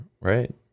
Right